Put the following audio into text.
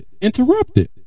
interrupted